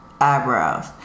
eyebrows